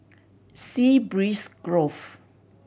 Sea Breeze Grove